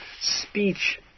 speech